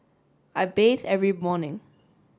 I bathe every morning